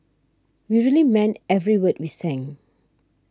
we really meant every word we sang